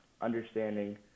understanding